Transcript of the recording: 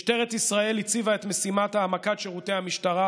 משטרת ישראל הציבה את משימת העמקת שירותי המשטרה